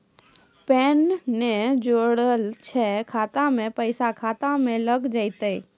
Pan ने जोड़लऽ छै खाता मे पैसा खाता मे लग जयतै?